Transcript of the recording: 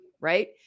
right